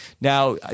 Now